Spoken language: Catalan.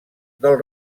del